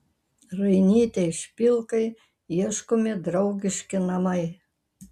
rainytei špilkai ieškomi draugiški namai